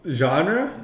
genre